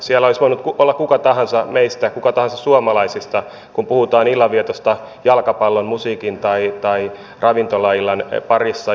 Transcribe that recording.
siellä olisi voinut olla kuka tahansa meistä kuka tahansa suomalaisista kun puhutaan illanvietosta jalkapallon musiikin tai ravintolaillan parissa